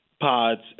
pods